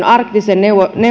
arktisen